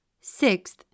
Sixth